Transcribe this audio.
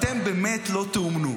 אתם באמת לא תאומנו.